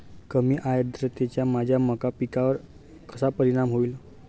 कमी आर्द्रतेचा माझ्या मका पिकावर कसा परिणाम होईल?